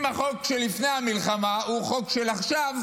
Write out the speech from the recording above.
אם החוק שלפני המלחמה הוא החוק של עכשיו,